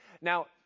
now